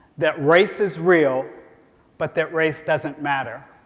that race is real but that race doesn't matter,